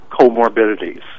comorbidities